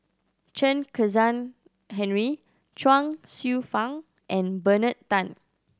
Chen Kezhan Henri Chuang Hsueh Fang and Bernard Tan